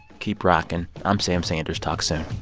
keep rocking. i'm sam sanders. talk soon